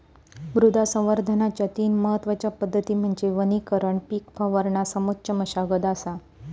मृदा संवर्धनाच्या तीन महत्वच्या पद्धती म्हणजे वनीकरण पीक फिरवणा समोच्च मशागत असा